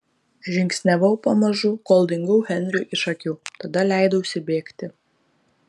žingsniavau pamažu kol dingau henriui iš akių tada leidausi bėgti